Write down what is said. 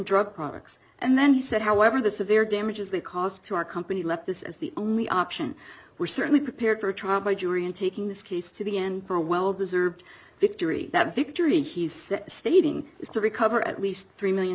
drug products and then he said however the severe damages the cost to our company left this is the only option we're certainly prepared for a trial by jury in taking this case to the end for a well deserved victory that victory he's stating is to recover at least three million